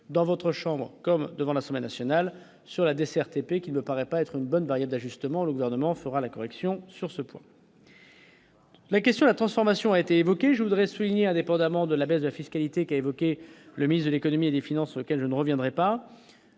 dans votre chambre comme devant la semaine nationale sur la desserte épée qui ne paraît pas être une bonne période d'ajustement, le gouvernement fera la correction sur ce point. La question la transformation a été évoqué, je voudrais souligner, indépendamment de la baisse de la fiscalité qui a évoqué le ministre de l'Économie et des Finances, lequel je ne reviendrai pas